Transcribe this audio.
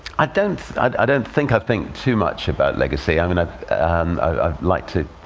i don't i don't think i think too much about legacy. i mean, i i like to